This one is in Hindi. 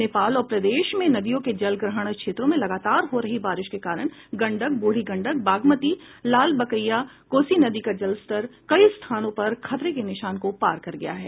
नेपाल और प्रदेश में नदियों के जलग्रहण क्षेत्रों में लगातार हो रही बारिश के कारण गंडक ब्रढ़ी गंडक बागमती लालबकिया कोसी नदी का जलस्तर कई स्थानों पर खतरे के निशान को पार कर गया है